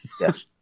Yes